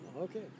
Okay